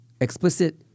explicit